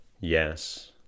Yes